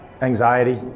anxiety